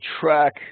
track